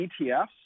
ETFs